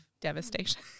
devastation